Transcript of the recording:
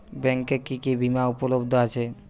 ব্যাংকে কি কি বিমা উপলব্ধ আছে?